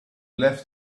left